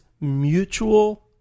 mutual